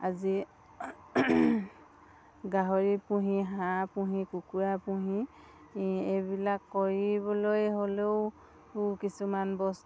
আজি গাহৰি পুহি হাঁহ পুহি কুকুৰা পুহি এইবিলাক কৰিবলৈ হ'লেও কিছুমান বস্তু